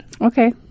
Okay